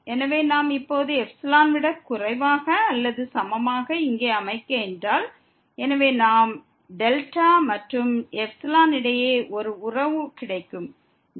எனவே நாம் இப்போது ε விட குறைவாக அல்லது சமமாக இங்கே அமைக்க வேண்டும் எனவே நமக்கு δ மற்றும் εக்கு இடையே ஒரு உறவு கிடைக்கிறது